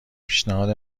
پیشنهاد